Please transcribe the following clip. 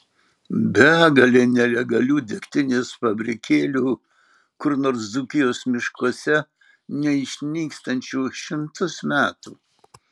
begalė nelegalių degtinės fabrikėlių kur nors dzūkijos miškuose neišnykstančių šimtus metų